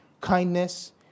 kindness